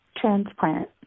Transplant